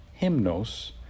hymnos